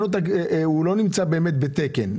הוא לא נמצא באמת בתקן.